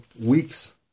weeks